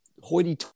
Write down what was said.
hoity